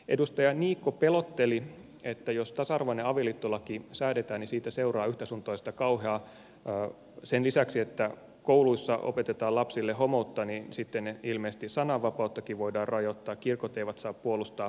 edustaja niikko pelotteli että jos tasa arvoinen avioliittolaki säädetään niin siitä seuraa yhtä sun toista kauheaa ja sen lisäksi että kun kouluissa opetetaan lapsille homoutta niin sitten ilmeisesti sananvapauttakin voidaan rajoittaa kirkot eivät saa puolustaa perinteistä avioliittoa